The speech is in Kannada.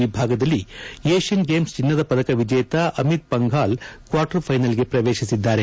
ವಿಭಾಗದಲ್ಲಿ ಏಷ್ಕನ್ ಗೇಮ್ಸ್ ಚಿನ್ನದ ಪದಕ ವಿಜೇತ ಅಮಿತ್ ಪಂಗಲ್ ಕ್ವಾರ್ಟರ್ಗೆ ಪ್ರವೇಶಿಸಿದ್ದಾರೆ